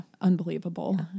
unbelievable